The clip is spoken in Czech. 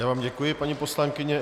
Já vám děkuji, paní poslankyně.